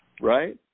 Right